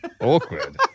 Awkward